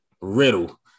Riddle